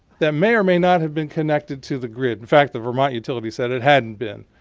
that may or may not have been connected to the grid. in fact, the vermont utility said it hadn't been.